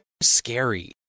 Scary